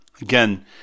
again